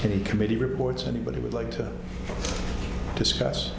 any committee reports anybody would like to discuss